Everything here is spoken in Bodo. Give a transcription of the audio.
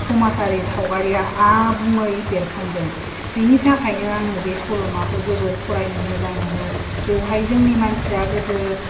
समाजारि सावगारिया आबुङै बेरखांदों बिनि थाखायनो आङो बे सल'माखौ जोबोर फरायनो मोजां मोनो बेवहाय जोंनि मानसिया गोदो